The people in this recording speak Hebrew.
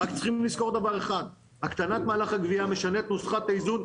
רק צריכים לזכור שהקטנת מהלך הגבייה תשנה את נוסחת האיזון,